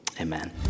amen